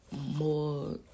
more